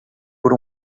por